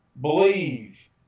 believe